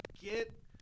get